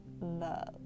love